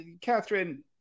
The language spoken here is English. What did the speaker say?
Catherine